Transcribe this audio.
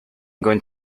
going